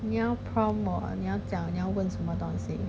你要 promt 我你要讲你要问什么东西